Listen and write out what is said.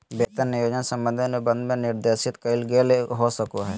वेतन नियोजन संबंधी अनुबंध में निर्देशित कइल गेल हो सको हइ